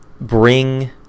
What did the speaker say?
bring